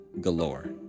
galore